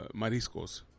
mariscos